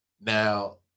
Now